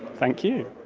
thank you.